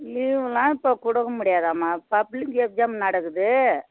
லீவுலாம் இப்போ கொடுக்க முடியாதேம்மா பப்ளிக் எக்ஜாம் நடக்குது